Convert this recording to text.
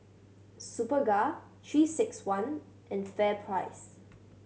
Superga Three Six One and FairPrice